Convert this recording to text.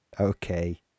Okay